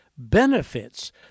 Benefits